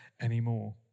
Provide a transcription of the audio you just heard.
anymore